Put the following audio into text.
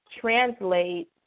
translate